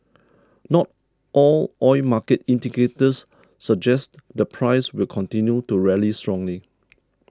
not all oil market indicators suggest the price will continue to rally strongly